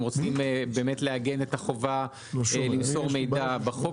רוצים באמת לעגן את החובה למסור מידע בחוק.